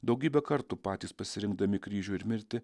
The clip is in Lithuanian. daugybę kartų patys pasirinkdami kryžių ir mirtį